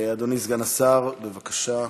אדוני סגן השר, בבקשה.